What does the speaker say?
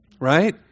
Right